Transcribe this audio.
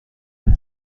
اون